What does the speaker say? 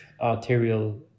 arterial